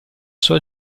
sua